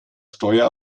steuer